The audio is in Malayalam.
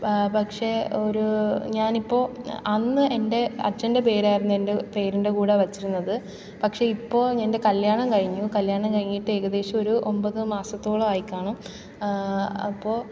പക്ഷെ ഒരു ഞാൻ ഇപ്പോൾ അന്ന് എന്റെ അച്ഛന്റെ പേരായിരുന്നു എൻ്റെ പേരിന്റെ കൂടെ വെച്ചിരുന്നത് പക്ഷെ ഇപ്പോൾ എന്റെ കല്യാണം കഴിഞ്ഞു കല്യാണം കഴിഞ്ഞിട്ട് ഏകദേശം ഒരു ഒമ്പത് മാസത്തോളം ആയിക്കാണും അപ്പോൾ